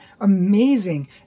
amazing